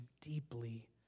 deeply